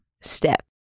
step